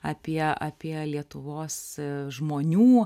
apie apie lietuvos žmonių